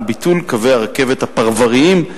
וביטול קווי הרכבת הפרבריים,